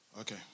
Okay